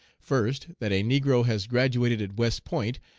first, that a negro has graduated at west point,